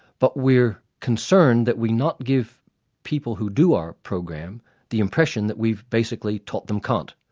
but we're concerned that we not give people who do our program the impression that we've basically taught them kant.